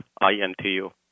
I-N-T-U